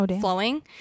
flowing